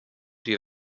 die